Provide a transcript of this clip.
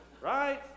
Right